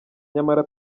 nyamara